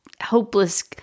hopeless